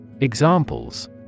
Examples